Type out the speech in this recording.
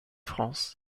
france